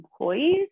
employees